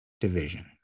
Division